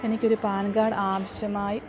എനിക്കൊരു PAN card ആവശ്യമായി